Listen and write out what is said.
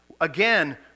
Again